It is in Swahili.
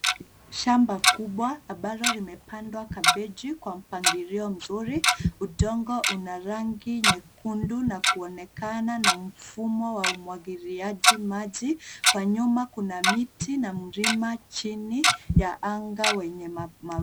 Shamba kubwa ambalo limepandwa kabeji kwa mapangilio mzuri. Udongo una rangi nyekundu na kuonekana na mfumo wa umwagiliaji maji. Kwa nyuma kuna miti na mlima chini ya anga wenye mawingu.